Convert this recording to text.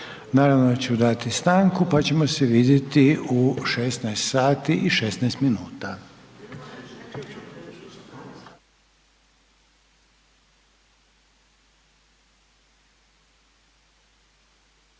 Naravno da ću dati stanku, pa ćemo se vidjeti u 16 sati i 16 minuta.